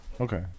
Okay